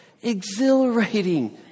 exhilarating